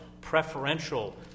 preferential